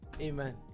Amen